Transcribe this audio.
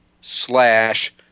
slash